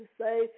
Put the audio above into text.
say